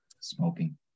Smoking